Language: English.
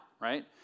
right